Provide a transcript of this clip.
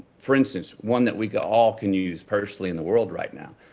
for instance, one that we all can use personally in the world right now,